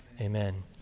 amen